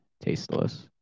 tasteless